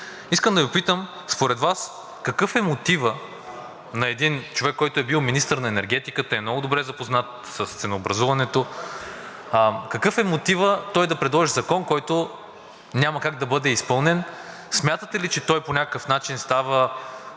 Искам да Ви попитам: според Вас какъв е мотивът на един човек, който е бил министър на енергетика и е много добре запознат с ценообразуването, той да предложи закон, който няма как да бъде изпълнен? Смятате ли, че той по някакъв начин става,